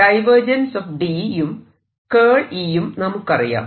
D യും E യും നമുക്കറിയാം